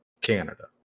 Canada